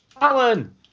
Alan